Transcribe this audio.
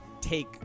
take